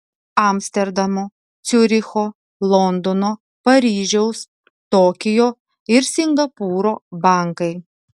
amsterdamo ciuricho londono paryžiaus tokijo ir singapūro bankai